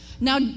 Now